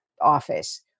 office